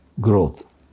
growth